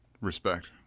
Respect